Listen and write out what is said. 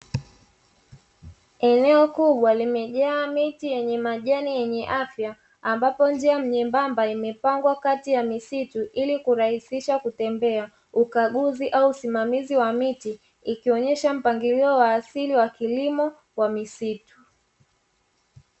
Eneo kubwa limejaa miti na majani yenye afya ambapo njia nyembamba imepangwa kati ya misitu ili kurahisisha kutembea, kwa ajili ya ukaguzi au usimamizi wa miti ikionesha mpangilio wa kilimo wa misitu.